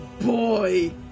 boy